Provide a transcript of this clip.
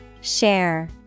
Share